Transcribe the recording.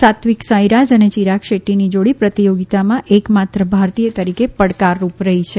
સાત્વિક સાઇરાજ અને ચિરાગ શેટ્ટીની જોડી પ્રતિયોગીતામાં એક માત્ર ભારતીય તરીકે પડકારરૂપ રહી છે